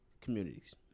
communities